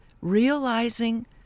realizing